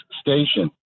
station